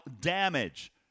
damage